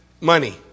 money